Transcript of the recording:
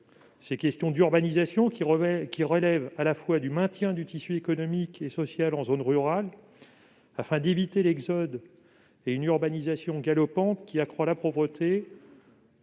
touche à l'urbanisation et relève tant du maintien du tissu économique et social en zone rurale, afin d'éviter l'exode rural et une urbanisation galopante qui accroît la pauvreté,